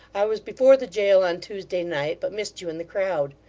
i was before the jail on tuesday night, but missed you in the crowd.